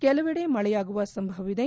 ಕೆಲವೆಡೆ ಮಳೆಯಾಗುವ ಸಂಭವ ಇದೆ